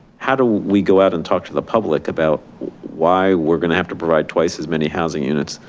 how do we go out and talk to the public about why we're gonna have to provide twice as many housing units?